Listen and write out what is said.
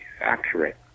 accurate